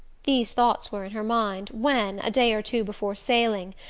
these thoughts were in her mind when, a day or two before sailing,